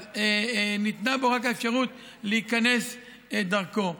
אז ניתנה בו רק האפשרות להיכנס דרכו.